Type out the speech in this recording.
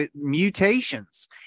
mutations